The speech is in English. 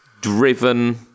driven